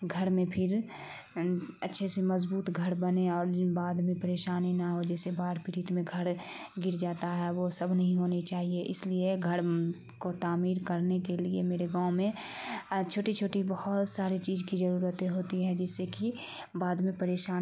گھر میں پھر اچھے سے مضبوط گھر بنے اور بعد میں پریشانی نہ ہو جس سے باڑھ پیڑت میں گھر گر جاتا ہے وہ سب نہیں ہونی چاہیے اس لیے گھڑ کو تعمیر کرنے کے لیے میرے گاؤں میں چھوٹی چھوٹی بہت سارے چیز کی ضرورتیں ہوتی ہیں جس سے کہ بعد میں پریشان